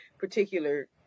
particular